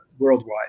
worldwide